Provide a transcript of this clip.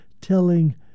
telling